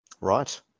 Right